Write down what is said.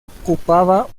ocupaba